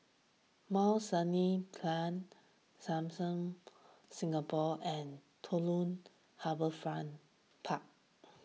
Mount Sinai Plain Lam Soon Singapore and Jelutung Harbour France Park